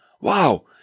Wow